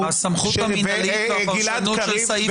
--- הסמכות המינהלית והפרשנות של סעיף 59. גלעד קריב,